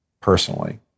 personally